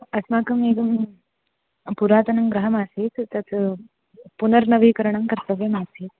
अस्माकम् एकं पुरातनं गृहमासीत् तस्य पुनर्नवीकरणं कर्तव्यमासीत्